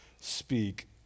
speak